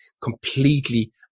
completely